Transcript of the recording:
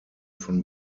von